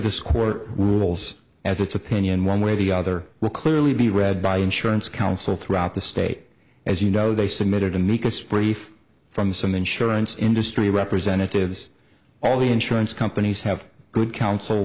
this court rules as its opinion one way or the other real clear leave be read by insurance counsel throughout the state as you know they submitted amicus brief from some insurance industry representatives all the insurance companies have good counsel